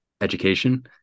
education